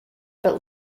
but